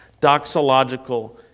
doxological